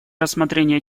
рассмотрения